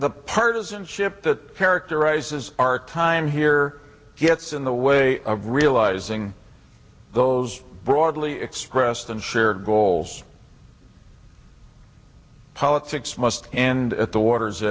the partisanship that characterizes our time here gets in the way of realizing those broadly expressed and shared goals politics must end at the water's